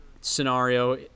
scenario